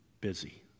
busy